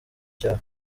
cyawe